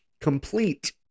complete